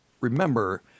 remember